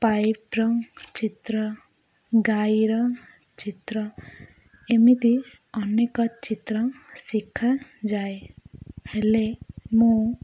ପାଇପ୍ର ଚିତ୍ର ଗାଈର ଚିତ୍ର ଏମିତି ଅନେକ ଚିତ୍ର ଶିଖାଯାଏ ହେଲେ ମୁଁ